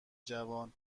جوان